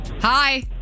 Hi